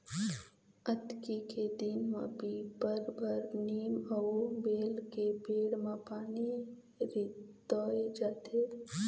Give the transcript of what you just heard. अक्ती के दिन म पीपर, बर, नीम अउ बेल के पेड़ म पानी रितोय जाथे